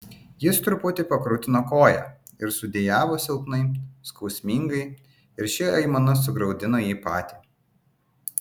jis truputį pakrutino koją ir sudejavo silpnai skausmingai ir ši aimana sugraudino jį patį